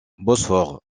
bosphore